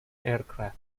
aircraft